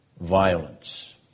violence